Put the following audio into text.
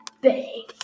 Bang